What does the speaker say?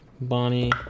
Bonnie